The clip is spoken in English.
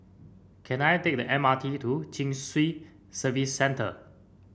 can I take the M R T to Chin Swee Service Centre